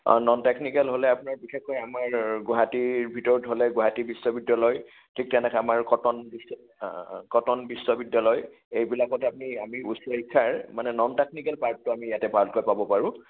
non technical হ'লে আপোনাৰ বিশেষকৈ আমাৰ গুৱাহাটীৰ ভিতৰত হ'লে গুৱাহাটী বিশ্ববিদ্যালয় ঠিক তেনেকৈ আমাৰ কটন বিশ্ব কটন বিশ্ববিদ্যালয় এইবিলাকত আমি আমি উচ্চ শিক্ষাৰ মানে নন টেকনিকেল পাৰ্টটো ইয়াতে ভালকৈ পাব পাৰোঁ